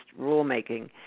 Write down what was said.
rulemaking